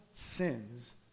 sins